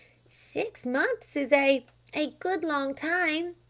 six months is a a good long time,